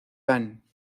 ben